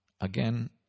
Again